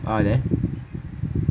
oh there